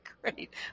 great